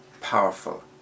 powerful